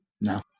No